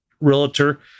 realtor